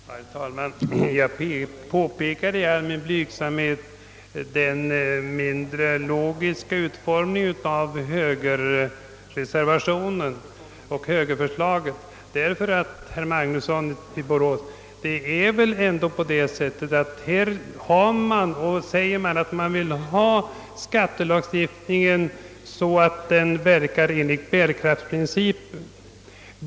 Herr talman! Jag påpekade i all blygsamhet den mindre logiska utformningen av förslaget i högerreservationen. Herr Magnusson i Borås säger att högern vill utforma skattelagstiftningen så att den verkar enligt bärkraftsprincipen.